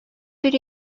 bir